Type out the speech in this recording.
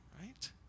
Right